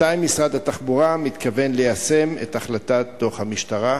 מתי משרד התחבורה מתכוון ליישם את החלטת דוח המשטרה?